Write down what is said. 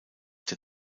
der